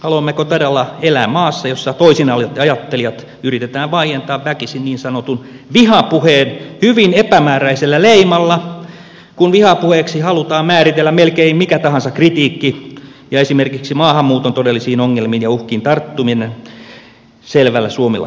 haluammeko todella elää maassa jossa toisinajattelijat yritetään vaientaa väkisin niin sanotun vihapuheen hyvin epämääräisellä leimalla kun vihapuheeksi halutaan määritellä melkein mikä tahansa kritiikki ja esimerkiksi maahanmuuton todellisiin ongelmiin ja uhkiin tarttuminen selvällä suomen kielellä